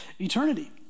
eternity